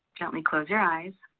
gently close your eyes,